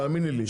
תאמיני לי.